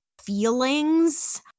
feelings